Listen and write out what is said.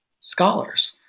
scholars